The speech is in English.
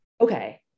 Okay